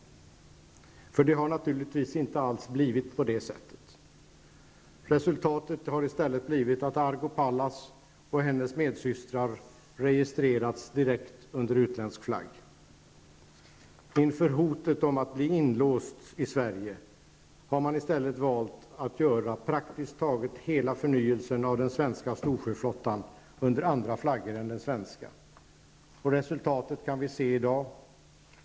För naturligtvis har det inte alls blivit så. Resultatet har i stället blivit att Argo Pallas och hennes medsystrar registrerats direkt under utländsk flagg. Inför hotet om att bli ''inlåst'' i Sverige har man i stället valt att göra praktiskt taget hela förnyelsen av storsjöflottan under andra flaggor än den svenska. Resultatet kan vi se i dag.